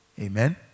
Amen